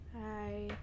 Hi